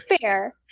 fair